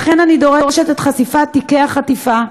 לכן, אני דורשת את חשיפת תיקי החטיפה,